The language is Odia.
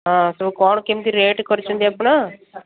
ହଁ ସବୁ କ'ଣ କେମିତି ରେଟ୍ କରିଛନ୍ତି ଆପଣ